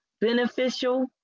beneficial